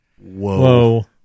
Whoa